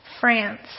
France